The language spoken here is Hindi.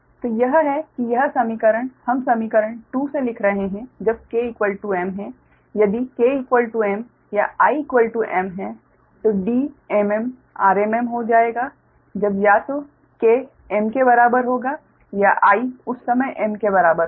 तो यह है कि यह समीकरण हम समीकरण 2 से लिख रहे हैं जब k m है यदि k m या i m है तो Dmm rm हो जाएगा जब या तो k m के बराबर होगा या I उस समय m के बराबर होगा